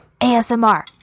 ASMR